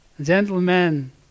Gentlemen